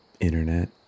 Internet